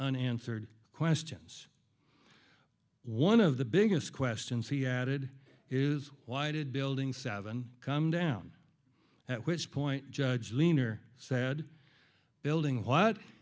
unanswered questions one of the biggest questions he added is why did building seven come down at which point judge lean or sad building what